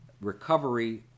Recovery